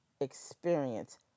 experience